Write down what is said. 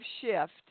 shift